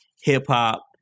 hip-hop